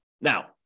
Now